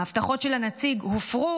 ההבטחות של הנציג הופרו,